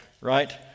right